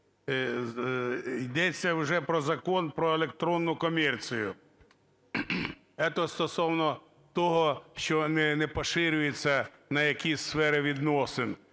Йдеться вже про Закон про електронну комерцію. Ето стосовно того, що не поширюється на якісь сфери відносин.